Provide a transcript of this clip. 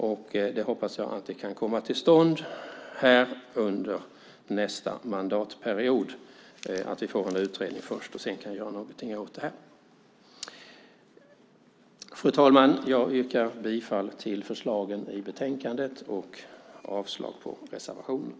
Jag hoppas att vi under nästa mandatperiod först ska kunna få en utredning och sedan kunna göra någonting åt det här. Fru talman! Jag yrkar bifall till förslaget i betänkandet och avslag på reservationerna.